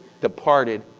departed